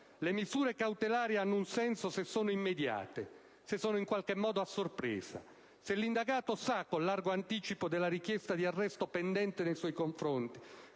Le misure cautelari hanno dunque un senso se sono immediate e in qualche modo "a sorpresa". Se l'indagato sa con largo anticipo della richiesta di arresto pendente nei suoi confronti,